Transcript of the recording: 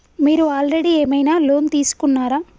మీరు ఆల్రెడీ ఏమైనా లోన్ తీసుకున్నారా?